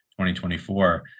2024